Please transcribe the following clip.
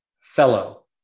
fellow